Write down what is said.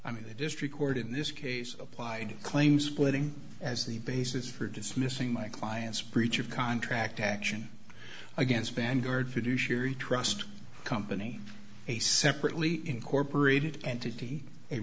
i mean the district court in this case applied to claim splitting as the basis for dismissing my client's breach of contract action against band gird fiduciary trust company a separately incorporated entity a